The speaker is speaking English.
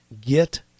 get